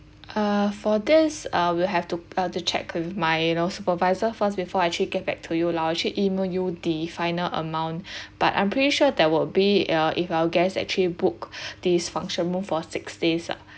uh for this uh wd'll have to uh to check with my you know supervisor first before I actually get back to you lah I actually E-mail you the final amount but I'm pretty sure that will be uh if our guests actually book this function room for six days lah